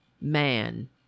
man